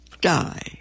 die